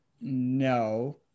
no